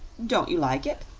don't you like it?